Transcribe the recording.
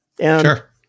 Sure